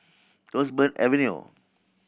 Roseburn Avenue